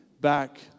back